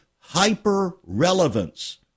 hyper-relevance